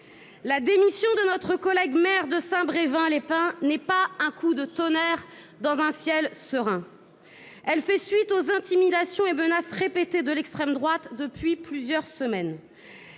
La démission de notre collègue maire de Saint-Brévin les Pins n'est pas un coup de tonnerre dans un ciel serein. Elle fait suite aux intimidations et menaces répétées de l'extrême droite depuis plusieurs semaines.